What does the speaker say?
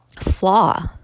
flaw